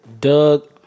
Doug